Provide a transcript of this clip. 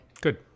Good